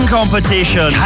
competition